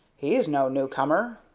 he's no new-comer.